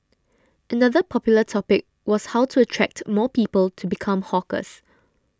another popular topic was how to attract more people to become hawkers